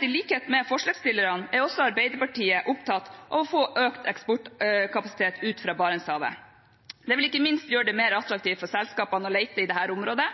I likhet med forslagsstillerne er også Arbeiderpartiet opptatt av å få økt eksportkapasitet ut fra Barentshavet. Det vil ikke minst gjøre det mer attraktivt for selskapene å lete i dette området,